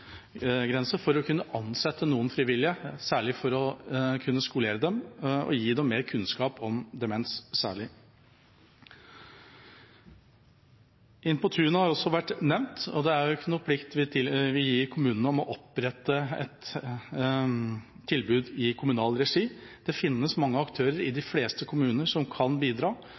gi dem mer kunnskap særlig om demens. Inn på tunet har også vært nevnt, og det er jo ikke noen plikt vi gir kommunene om å opprette et tilbud i kommunal regi. Det finnes mange aktører i de